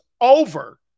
over